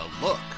look